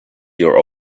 your